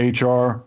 HR